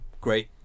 great